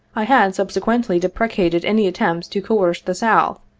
i had subsequently deprecated any attempt to coerce the south,